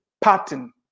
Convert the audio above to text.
pattern